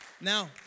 Now